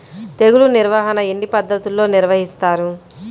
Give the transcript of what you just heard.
తెగులు నిర్వాహణ ఎన్ని పద్ధతుల్లో నిర్వహిస్తారు?